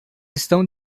estão